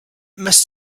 must